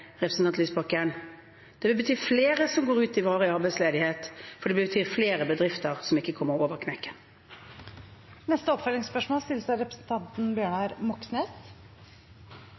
representanten Lysbakken, vil altfor trange rammer for de støtteordningene vi lager fra statens side, bety at flere mister jobben. Det vil bety at flere går ut i varig arbeidsledighet, for det vil bety flere bedrifter som ikke kommer over